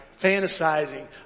fantasizing